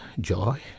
joy